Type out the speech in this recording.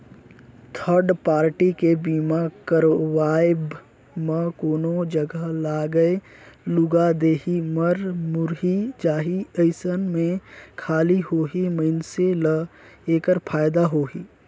third party के बीमा करवाब म कोनो जघा लागय लूगा देही, मर मुर्री जाही अइसन में खाली ओही मइनसे ल ऐखर फायदा होही